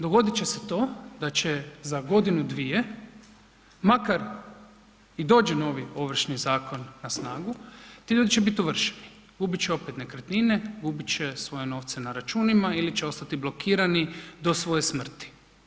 Dogodit će se to da će za godinu dvije makar i dođe i novi Ovršni zakon na snagu, ti ljudi će biti ovršeni, gubit će opet nekretnine, gubit će svoje novce na računima ili će ostati blokirani do svoje smrti.